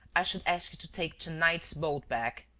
i should ask you to take to-night's boat back.